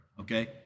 okay